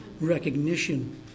recognition